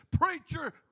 preacher